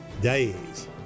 days